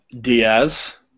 Diaz